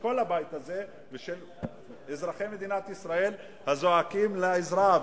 כל הבית הזה ושל אזרחי מדינת ישראל הזועקים לעזרה.